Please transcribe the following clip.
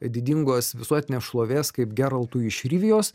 didingos visuotinės šlovės kaip geraltui iš rivijos